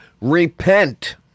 repent